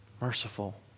Merciful